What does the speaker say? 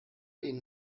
ihnen